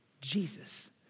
Jesus